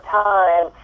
time